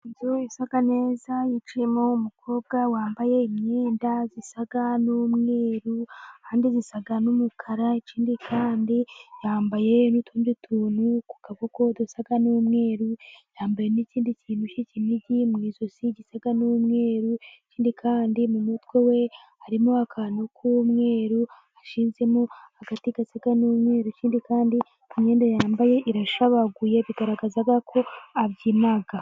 Inzu isa neza yicayemo umukobwa wambaye imyenda zisa n'umweru kandi zisa n'umukara. ikindi kandi yambaye n'utundi tuntu ku kaboko kuko dusa n'umweru yambaye n'ikindi kintu cy'ikinigi mu ijosi gisa n'umweru, ikindi kandi mu mutwe we harimo akantu k'umweru ashizemo agati gasa n'umweru, ikindi kandi imyenda yambaye irashabaguye bigaragaza ko abyina.